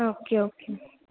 okay okay